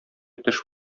төш